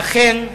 ואכן,